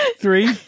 three